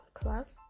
class